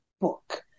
book